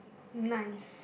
nice